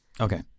Okay